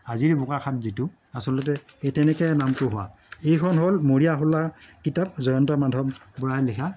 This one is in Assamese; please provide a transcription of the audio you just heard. আজিৰ বোকাখাত যিটো আচলতে এই তেনেকে নামটো হোৱা এইখন হ'ল মৰিয়াহোলা কিতাপ জয়ন্ত মাধৱ বৰাই লিখা